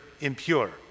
impure